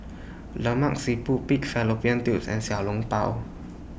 Lemak Siput Pig Fallopian Tubes and Xiao Long Bao